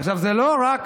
עכשיו, זה לא רק